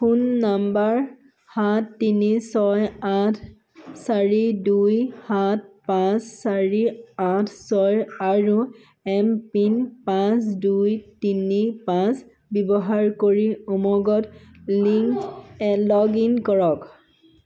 phone number সাত তিনি ছয় আঠ চাৰি দুই সাত পাঁচ চাৰি আঠ ছয় আৰু এমপিন পাঁচ দুই তিনি পাঁচ ব্যৱহাৰ কৰি উমংগত লিংক লগ ইন কৰক